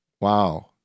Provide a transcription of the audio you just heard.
Wow